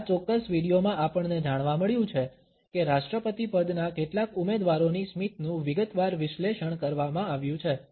આ ચોક્કસ વિડીયોમાં આપણને જાણવા મળ્યું છે કે રાષ્ટ્રપતિપદના કેટલાક ઉમેદવારોની સ્મિતનું વિગતવાર વિશ્લેષણ કરવામાં આવ્યું છે